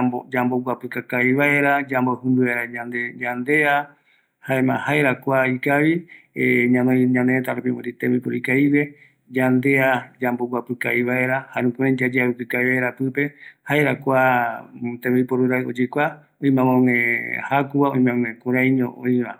ombo guapɨ kavi vaera yandea, ou kuanunga jakureve yaiporuva, jare oime jaku mbae yaiporuva, erei jae yeavɨkɨ peguara kua reta